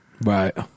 Right